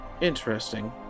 Interesting